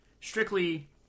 strictly